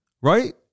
right